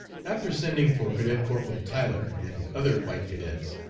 after sending for cadet corporal tyler and other white cadets,